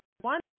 one